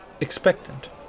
expectant